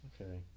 Okay